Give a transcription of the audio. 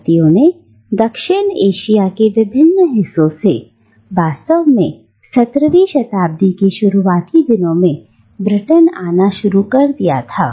भारतीयों ने दक्षिण एशिया के विभिन्न हिस्सों से वास्तव में 17 वी शताब्दी के शुरुआती दिनों में ब्रिटेन आना शुरू कर दिया था